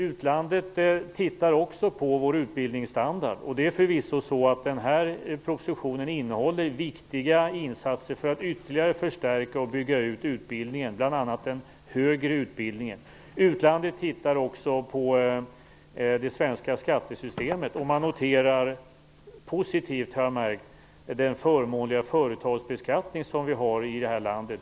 Utlandet ser också på vår utbildningsstandard, och det är förvisso så att denna proposition innehåller viktiga insatser för att ytterligare förstärka och bygga ut utbildningen, bl.a. den högre utbildningen. Utlandet ser också på det svenska skattesystemet, och jag har märkt att man positivt noterar den förmånliga företagsbeskattning som vi har i vårt land.